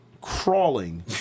crawling